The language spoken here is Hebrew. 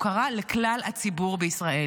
הוא קרה לכלל הציבור בישראל.